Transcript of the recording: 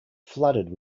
flooded